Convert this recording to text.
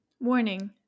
Warning